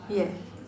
yeah